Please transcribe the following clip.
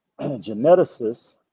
geneticists